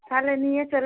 তাহলে নিয়ে চলে